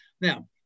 Now